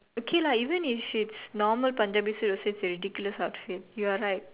okay lah even if it's normal Punjabi suit it still is a ridiculous outfit you are right